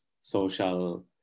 social